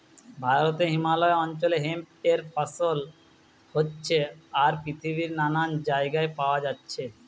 ভারতে হিমালয় অঞ্চলে হেম্প এর ফসল হচ্ছে আর পৃথিবীর নানান জাগায় পায়া যাচ্ছে